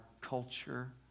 culture